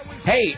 Hey